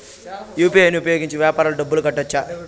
UPI ను ఉపయోగించి వ్యాపారాలకు డబ్బులు కట్టొచ్చా?